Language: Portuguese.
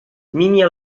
minha